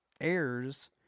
airs